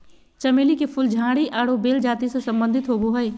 चमेली के फूल झाड़ी आरो बेल जाति से संबंधित होबो हइ